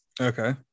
Okay